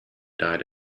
died